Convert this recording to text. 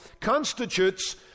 constitutes